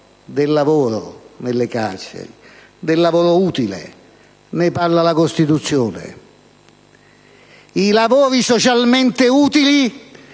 del lavoro nelle carceri e del lavoro utile. Ne parla la Costituzione, ma i lavori socialmente utili